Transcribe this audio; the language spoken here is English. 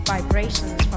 Vibrations